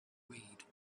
weed